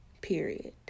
period